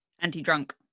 anti-drunk